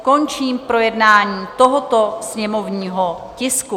Končím projednání tohoto sněmovního tisku.